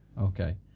Okay